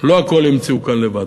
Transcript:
לא הכול המציאו כאן לבד,